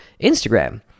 Instagram